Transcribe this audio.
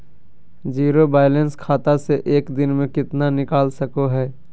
Zero balance खाता से एक दिन में कितना निकाल सको है?